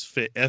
Fit